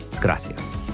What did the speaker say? Gracias